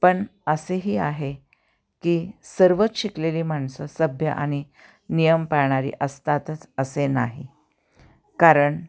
पन असेही आहे की सर्वच शिकलेली माणसं सभ्य आनि नियम पाळणारी असतातच असे नाही कारण